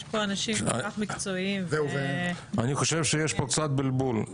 יש פה אנשים כל כך מקצועיים ו --- אני חושב שיש פה קצת בלבול.